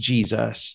Jesus